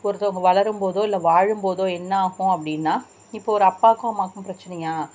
ஒருத்தவங்க வளரும் போதோ இல்லை வாழும் போதோ என்னாகும் அப்படின்னா இப்போ ஒரு அப்பாவுக்கும் அம்மாவுக்கும் பிரச்சினையா